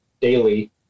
daily